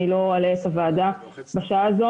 לא אלאה את הוועדה בשעה הזו.